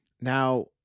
Now